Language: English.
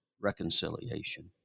reconciliation